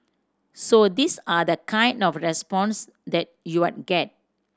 so these are the kind of response that you are get